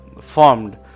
formed